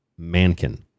Mankin